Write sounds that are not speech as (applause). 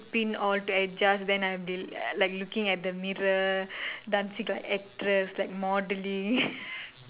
pin all to adjust then I'll be like looking at the mirror dancing like actress like modelling (laughs)